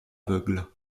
aveugles